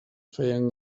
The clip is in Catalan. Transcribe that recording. feien